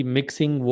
Mixing